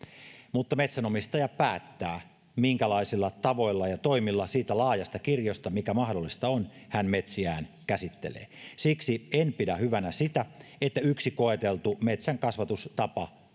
mutta metsänomistaja päättää minkälaisilla tavoilla ja toimilla siitä laajasta kirjosta mikä mahdollista on hän metsiään käsittelee siksi en pidä hyvänä sitä että yksi koeteltu metsänkasvatustapa